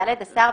(ד)השר,